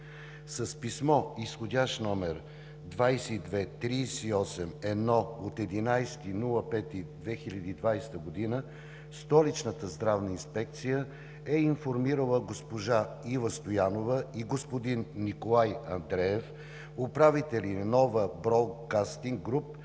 с писмо с изходящ № 22-38/1/11.05.2020 г. Столичната здравна инспекция е информирала госпожа Ива Стоянова и господин Николай Андреев – управители на Нова Броудкастинг Груп